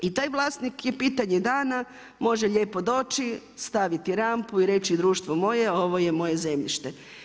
I taj vlasnik je pitanje dana, može lijepo doći, staviti rampu i reći društvo moje, ovo je moje zemljište.